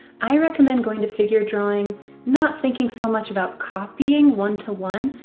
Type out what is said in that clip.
i recommend going to figure drawing not thinking so much about copying one to one,